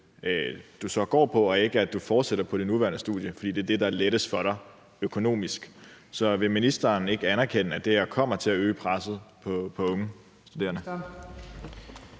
du så går på, og ikke fortsætte på dit nuværende studie, fordi det er det, der er lettest for dig økonomisk. Så vil ministeren ikke anerkende, at det her kommer til at øge presset på unge studerende?